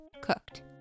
cooked